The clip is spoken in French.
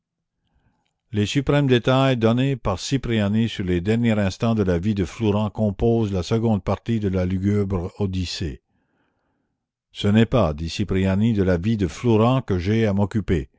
les suprêmes détails donnés par cipriani sur les derniers instants de la vie de flourens composent la seconde partie de la lugubre odyssée ce n'est pas dit cipriani de la vie de flourens que j'ai à m'occuper